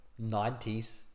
90s